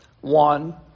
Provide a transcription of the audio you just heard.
One